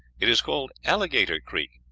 it is called alligator creek,